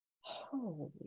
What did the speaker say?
holy